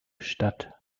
statt